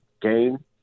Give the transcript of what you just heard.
game